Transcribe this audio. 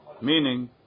meaning